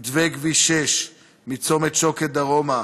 מתווה כביש 6 מצומת שוקת דרומה